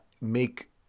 make